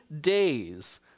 days